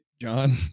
John